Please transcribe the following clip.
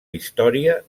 història